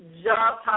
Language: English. job